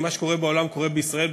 כי מה שקורה בעולם קורה בישראל,